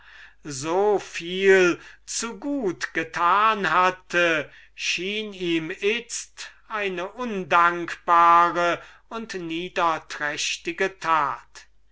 so viel zu gut getan hatte schien ihm itzt undankbar und niederträchtig es